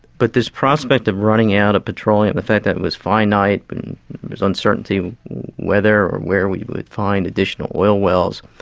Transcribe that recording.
but this prospect of running out of petroleum, the fact that it was finite but and there was uncertainty whether or where we would find additional oil wells,